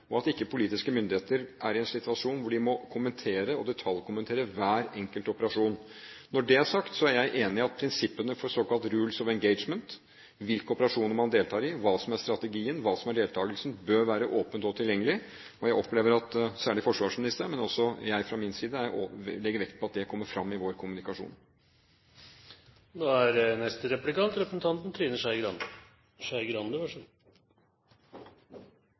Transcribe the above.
Politiske myndigheter kan ikke være i en slik situasjon at de må kommentere og detaljkommentere hver enkelt operasjon. Når det er sagt, er jeg enig i at prinsippene for såkalte «Rules of Engagement» – hvilke operasjoner man deltar i, hva som er strategien, hva som er deltakelsen – bør være åpne og tilgjengelige. Jeg opplever at særlig forsvarsministeren, men også jeg fra min side, legger vekt på at det kommer fram i vår kommunikasjon. Jeg vil følge opp det andre spørsmålet fra Eriksen Søreide, for jeg er